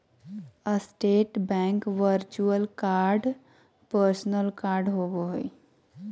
state Bank virtual card personal card होबो हइ